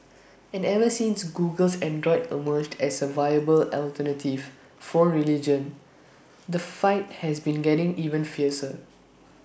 and ever since Google's Android emerged as A viable alternative phone religion the fight has been getting even fiercer